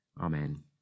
Amen